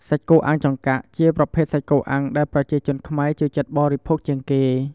សាច់់គោអាំងចង្កាក់ជាប្រភេទសាច់គោអាំងដែលប្រជាជនខ្មែរចូលចិត្តបរិភោគជាងគេ។